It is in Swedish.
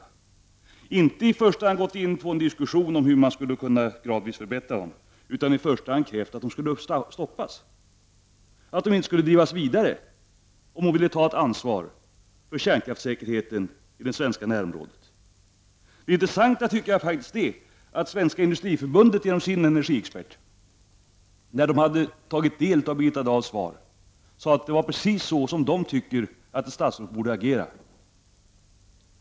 Enligt min uppfattning borde hon då inte i första hand ha gått in på en diskussion om hur man skulle förbättra dem gradvis, utan hon borde i första hand ha krävt att de inte skulle drivas vidare, att de skulle stoppas, om hon ville ta ett ansvar för kärnkraftssäkerheten i det svenska närområdet. Det intressanta tycker jag faktiskt är att Industriförbundet, när man genom sin energiexpert Lars-Gunnar Larsson hade tagit del av Birgitta Dahls svar, sade att det var precis så man tycker att ett statsråd borde agera.